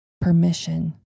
permission